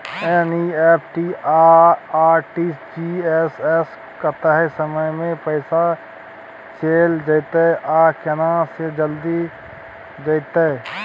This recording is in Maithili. एन.ई.एफ.टी आ आर.टी.जी एस स कत्ते समय म पैसा चैल जेतै आ केना से जल्दी जेतै?